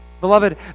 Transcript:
Beloved